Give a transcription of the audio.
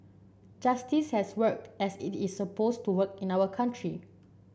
justice has worked as it is supposed to work in our country